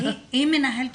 מנהלת